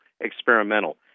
experimental